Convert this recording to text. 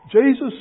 Jesus